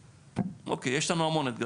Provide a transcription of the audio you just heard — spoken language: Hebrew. יש לנו המון אתגרים.